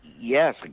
Yes